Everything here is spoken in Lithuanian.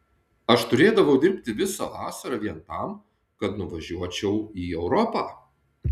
aš turėdavau dirbti visą vasarą vien tam kad nuvažiuočiau į europą